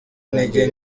intege